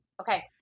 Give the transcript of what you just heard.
Okay